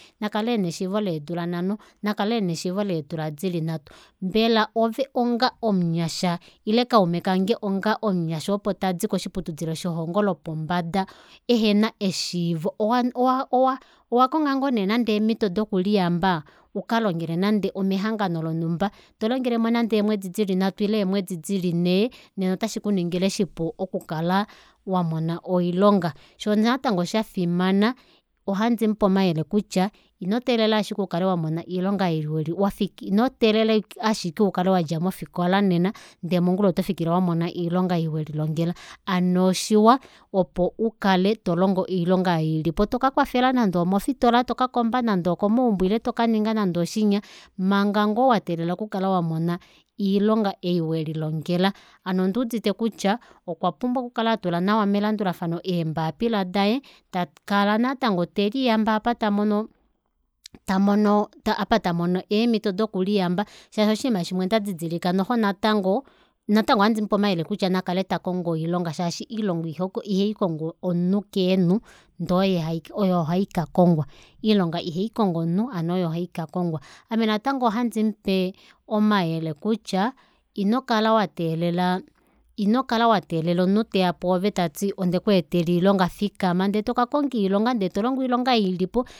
Nakale ena eshiivo leedula nhano nakale ena eshiivo leedula dili nhatu mbela ove onga omunyasha ile kaume kange onga omunyasha tadi koshiputudilo shelongo lopombada ehena eshiivo owa owa owakonga ngoo neenande eemito doku liyamba ukalongele nande omehangano lonumba tolongelemo nande eemwedi dili nhatu ile eemwedi dili nhee ngeno ota shikuningile oshipu oku kala wamona oilonga shoo natango shafimana ohandimupe omayele kutya ino teelela ashike umone oilonga ayo wafiki ino teelela ashike ukale wadja mofikola nena ndee mongula otofikole wamona oilonga oyo welilongela ano oshiwa opo ukale tolongo oilonga eyi ilipo toka kwafela nande omofitola tokakomba nande okomaumbo ile tokaninga nande oshinya manga ngoo wateelela oku kala wamona oilonga eyi welilongela hano ondi udite kutya okwa pumbwa oku kala atula nawa melandulafano eembapila daye takala natango teliyambe apa tamono tamono eemito doku liyamba shaashi oshiima shimwe ndadidilika noxo natango natango ohandimupe omayele kutya nakale takongo oilonga shaashi oilonga ihaikongo omunhu keenhu ndee oyo haikakongwa oilonga ihaikongo omunhu hano oyo haikakongwa ame natango ohandimupe omayele kutya ino kala wateelela inokala wateelela omunhu teya pwoove tati onde kweetela oilonga fikama ndee tokakonga oilonga ndee tolongo oilonga eyi ilipo